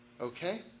Okay